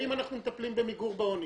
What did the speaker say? האם אנחנו מטפלים במיגור העוני,